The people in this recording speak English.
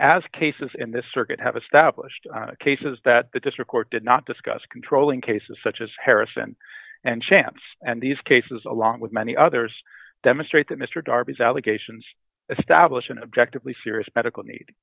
as cases in this circuit have established cases that the district court did not discuss controlling cases such as harrison and champ's and these cases along with many others demonstrate that mr darby's allegations establish an objectively serious medical need